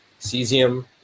cesium